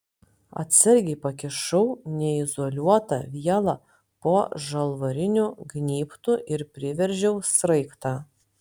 atsargiai pakišau neizoliuotą vielą po žalvariniu gnybtu ir priveržiau sraigtą